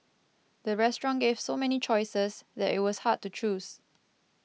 the restaurant gave so many choices that it was hard to choose